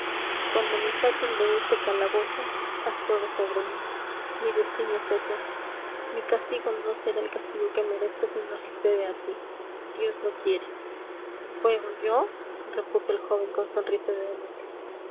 cuando me saquen de este calabozo haz fuego sobre mí mi destino es ese mi castigo no será el castigo que merezco si no sucede así dios lo quiere fuego yo repuso el joven con sonrisa de demente